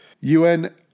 UN